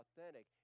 authentic